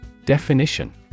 Definition